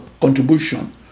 contribution